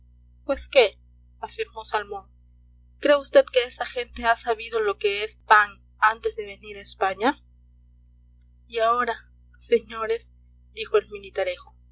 pues qué afirmó salmón cree vd que esa gente ha sabido lo que es pan antes de venir a españa y ahora señores dijo el militarejo